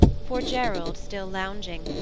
for gerald, still lounging,